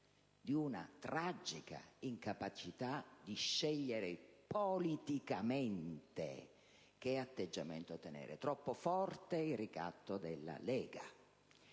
di una tragica incapacità di scegliere politicamente che atteggiamento tenere: troppo forte è il ricatto della Lega.